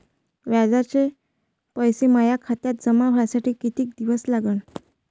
व्याजाचे पैसे माया खात्यात जमा व्हासाठी कितीक दिवस लागन?